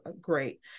great